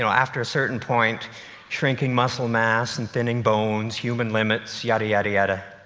so after a certain point shrinking muscle mass and thinning bones human limits, yadda, yadda, yadda.